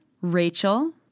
Rachel